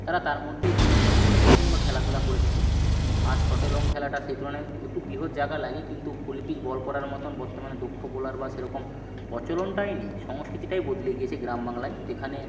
তারা তার মধ্যেই বিনোদন করে থাকেন বা খেলাধুলা করে থাকে আর শর্টে লং খেলাটা সেই তুলনায় একটু বিহত জায়গা লাগে কিন্তু ফুল পিচ বল করার মতন বর্তমানে দক্ষ বোলার বা সেরকম প্রচলনটাই নেই সংস্কৃতিটাই বদলে গিয়েছে গ্রাম বাংলায় যেখানে